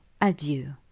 adieu